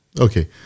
Okay